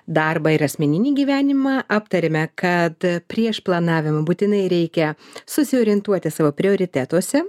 darbą ir asmeninį gyvenimą aptarėme kad prieš planavimą būtinai reikia susiorientuoti savo prioritetuose